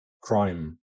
crime